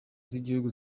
z’igihugu